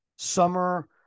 Summer